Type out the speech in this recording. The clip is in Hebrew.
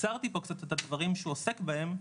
תקצרתי פה קצת את הדברים שהוא עוסק בהם,